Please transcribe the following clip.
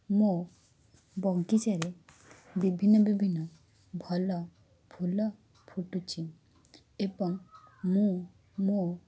ମୋ ବଗିଚାରେ ବିଭିନ୍ନ ବିଭିନ୍ନ ଭଲ ଫୁଲ ଫୁଟୁଛି ଏବଂ ମୁଁ ମୋ